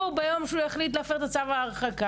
ביום שהוא יחליט להפר את צו ההרחקה,